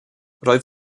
roedd